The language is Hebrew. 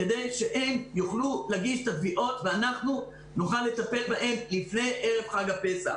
כדי שהם יוכלו להגיש את התביעות ואנחנו נוכל לטפל בהם לפני ערב חג הפסח.